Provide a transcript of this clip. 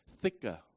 Thicker